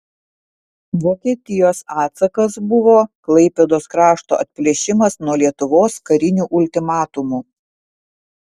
vokietijos atsakas buvo klaipėdos krašto atplėšimas nuo lietuvos kariniu ultimatumu